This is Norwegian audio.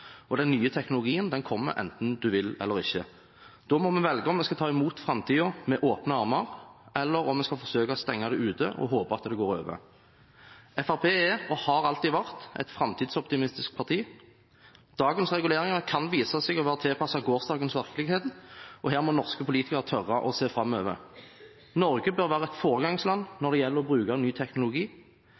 Den nye teknologien kommer – enten en vil eller ikke. Da må vi velge om vi skal ta imot framtiden med åpne armer, eller om vi skal forsøke å stenge det ute og håpe at det går over. Fremskrittspartiet er og har alltid vært et framtidsoptimistisk parti. Dagens reguleringer kan vise seg å være tilpasset gårsdagens virkelighet. Her må norske politikere tørre å se framover. Norge bør være et foregangsland når det gjelder å bruke ny teknologi.